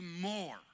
more